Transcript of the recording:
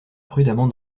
prudemment